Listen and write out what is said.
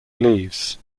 leaves